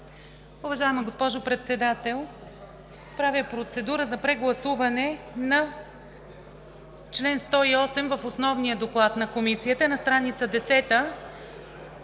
Уважаема госпожо Председател, правя процедура за прегласуване на чл. 108 в основния доклад на Комисията на страница 10.